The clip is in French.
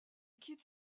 quitte